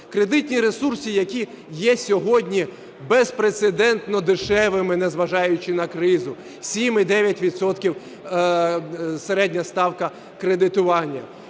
кредитні ресурси, які є сьогодні безпрецедентно дешевими, незважаючи на кризу, 7 і 9 відсотків - середня ставка кредитування.